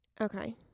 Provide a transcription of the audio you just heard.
Okay